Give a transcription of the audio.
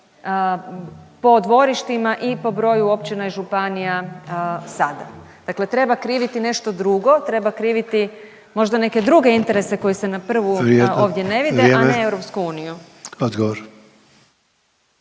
po dvorištima i po broju općina i županija sada. Dakle treba kriviti nešto drugo, treba kriviti možda neke druge interese …/Upadica Sanader: Vrijeme./… koji se na prvu ovdje ne vide